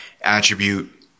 attribute